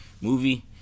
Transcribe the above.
movie